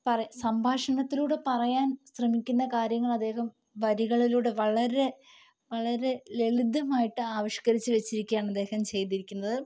പറ സംഭാഷണത്തിലൂടെ പറയാൻ ശ്രമിക്കുന്ന കാര്യങ്ങൾ അദ്ദേഹം വരികളിലൂടെ വളരെ വളരെ ലളിതമായിട്ട് ആവിഷ്കരിച്ച് വച്ചിരിക്കുകയാണ് അദ്ദേഹം ചെയ്തിരിക്കുന്നത്